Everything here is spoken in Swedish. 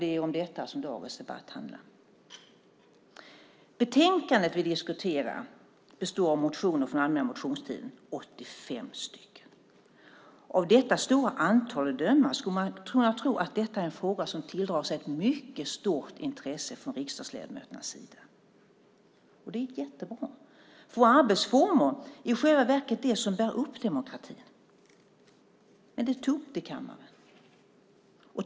Det är om detta som dagens debatt handlar. Betänkandet vi diskuterar består av motioner från allmänna motionstiden - 85 stycken! Av detta stora antal att döma skulle man kunna tro att det här är en fråga som tilldrar sig ett mycket stort intresse från riksdagsledamöternas sida. Det är jättebra. Våra arbetsformer är i själva verket det som bär upp demokratin. Men det är tomt i kammaren.